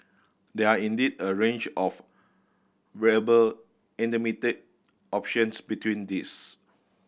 there are indeed a range of viable intermediate options between these